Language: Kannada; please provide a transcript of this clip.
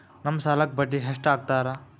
ನಮ್ ಸಾಲಕ್ ಬಡ್ಡಿ ಎಷ್ಟು ಹಾಕ್ತಾರ?